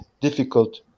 difficult